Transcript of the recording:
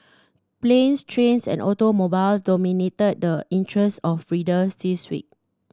planes trains and automobiles dominated the interests of readers this week